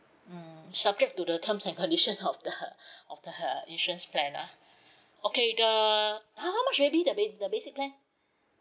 mm subject to the terms and condition of the of the uh insurance plan ah okay the how how much maybe the ba~ the basic plan